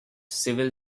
civil